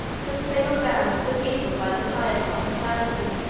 that they were bound to the people by the ties of hospitality,